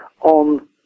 on